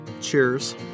Cheers